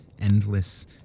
endless